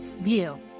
view